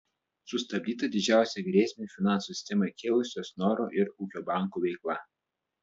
sustabdyta didžiausią grėsmę finansų sistemai kėlusių snoro ir ūkio bankų veikla